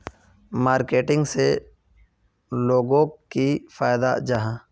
Marketing से लोगोक की फायदा जाहा?